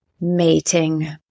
mating